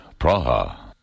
Praha